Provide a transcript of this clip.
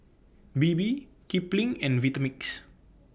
Bebe Kipling and Vitamix